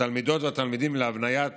התלמידות והתלמידים להבניות